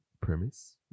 premise